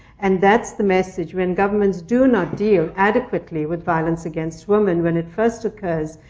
and that's the message. when governments do not deal adequately with violence against women when it first occurs,